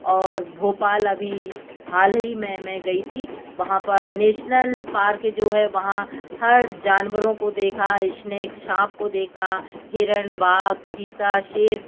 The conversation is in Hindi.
और भोपाल अभी हाल ही में मैं गई थी बहाँ पर नेशनल पार्क जो है वहाँ हर जानवरों को देखा स्नेक साँप को देखा हिरण बाघ चीता शेर